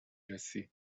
رسی